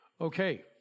Okay